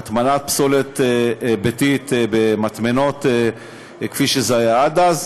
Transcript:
הטמנת פסולת ביתית במטמנות כפי שזה היה עד אז.